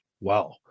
Wow